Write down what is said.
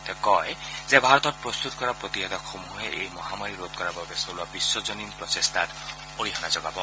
তেওঁ কয় যে ভাৰতত প্ৰস্তুত কৰা প্ৰতিষেধকসমূহে এই মহামাৰী ৰোধ কৰাৰ বাবে চলোৱা বিশ্বজনীন প্ৰচেষ্টাত অৰিহণা যোগাব